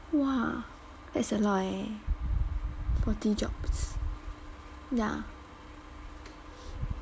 !wah! that's a lot eh forty jobs ya